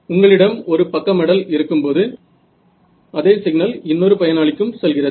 உங்களிடம் ஒரு பக்க மடல் இருக்கும்போது அதே சிக்னல் இன்னொரு பயனாளிக்கும் செல்கிறது